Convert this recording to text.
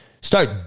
Start